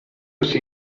see